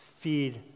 Feed